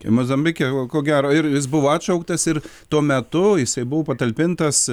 mozambike ko gero ir jis buvo atšauktas ir tuo metu jisai buvo patalpintas